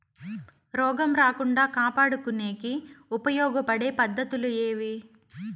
రోగం రాకుండా కాపాడుకునేకి ఉపయోగపడే పద్ధతులు ఏవి?